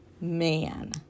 Man